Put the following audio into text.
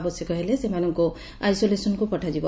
ଆବଶ୍ୟକ ହେଲେ ସେମାନଙ୍କୁ ଆଇସେଲେସନ୍କୁ ପଠାଯିବ